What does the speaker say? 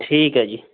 ਠੀਕ ਹੈ ਜੀ